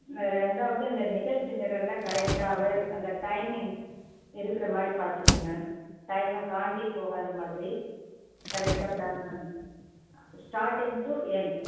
ந ரெண்டாவது இந்த நிகழ்ச்சி நிறைவுல கரெக்ட்டாகவே அந்த டைமிங் இருக்கிற மாதிரி பார்த்துக்குங்க டைம்மை தாண்டி போகாத மாதிரி கரெக்ட்டாக பிளான் பண்ணி ஸ்டார்டிங் டூ எண்ட்